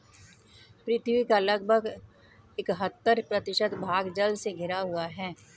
पृथ्वी का लगभग इकहत्तर प्रतिशत भाग जल से घिरा हुआ है